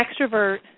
extrovert